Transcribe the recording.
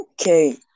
Okay